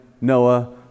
Noah